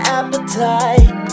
appetite